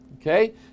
Okay